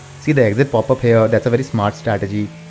see the exit popup here, that's a very smart strategy.